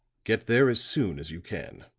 get there as soon as you can.